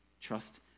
trust